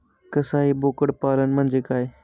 कसाई बोकड पालन म्हणजे काय?